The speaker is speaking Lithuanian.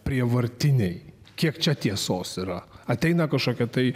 prievartiniai kiek čia tiesos yra ateina kažkokia tai